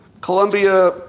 Columbia